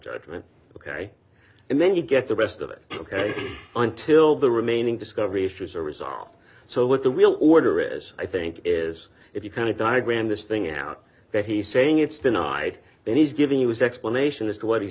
judgment ok and then you get the rest of it ok until the remaining discovery issues are resolved so what the real order is i think is if you kind of diagram this thing out that he's saying it's denied and he's giving you his explanation as to what he's